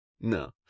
No